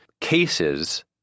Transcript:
cases